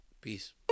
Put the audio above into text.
peace